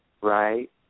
right